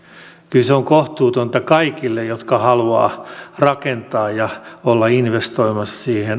se on kohtuutonta kaikille jotka haluavat rakentaa ja olla investoimassa